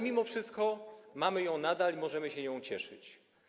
Mimo wszystko mamy ją nadal i możemy się nią cieszyć.